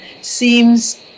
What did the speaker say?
seems